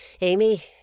Amy